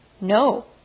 No